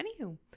anywho